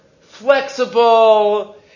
flexible